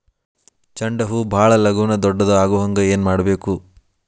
ಚಂಡ ಹೂ ಭಾಳ ಲಗೂನ ದೊಡ್ಡದು ಆಗುಹಂಗ್ ಏನ್ ಮಾಡ್ಬೇಕು?